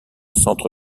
centre